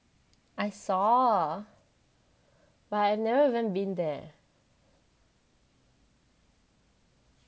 I saw but I've never even been there